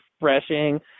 refreshing